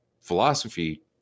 philosophy